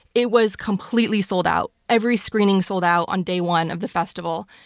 it was completely sold out. every screening sold out on day one of the festival.